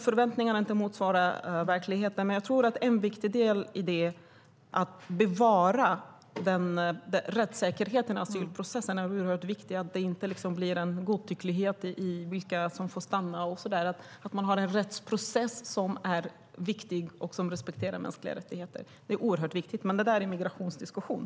Förväntningarna kanske inte motsvarar verkligheten, men jag tror att det är oerhört viktigt att bevara rättssäkerheten i asylprocessen, att det inte blir en godtycklighet när det gäller vilka som får stanna. Det är viktigt att man har en rättsprocess som respekterar mänskliga rättigheter. Det är oerhört viktigt. Men det är en migrationsdiskussion.